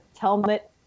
helmet